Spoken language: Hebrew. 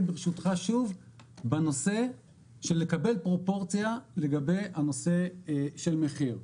ברשותך שוב בנושא של לקבל פרופורציה לגבי הנושא של מחיר.